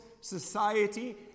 society